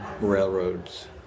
railroads